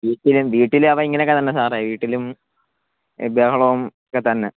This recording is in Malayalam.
വീട്ടിലും വീട്ടിലും അവൻ ഇങ്ങനെയൊക്കെത്തന്നെ സാറേ വീട്ടിലും ഈ ബഹളവും ഒക്കെ തന്നെ